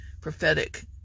prophetic